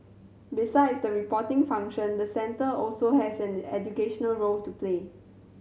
besides the reporting function the centre also has an educational role to play